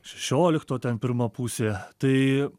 šešiolikto ten pirma pusė tai